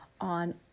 on